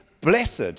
blessed